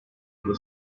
yıla